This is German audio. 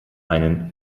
einen